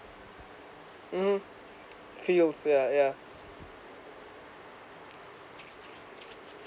mmhmm feels yeah yeah